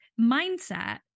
mindset